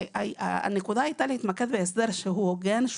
הנקודה היתה יותר להתמקד בהסדר הוגן,